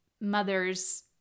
mothers